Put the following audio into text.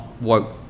woke